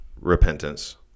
repentance